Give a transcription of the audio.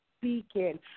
speaking